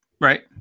Right